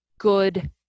good